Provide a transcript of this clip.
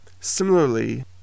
Similarly